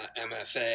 MFA